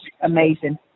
amazing